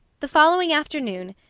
the following afternoon,